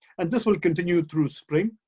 and this will continue through spring.